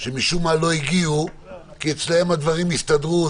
שמשום מה לא הגיעו, כי אצלם הדברים הסתדרו.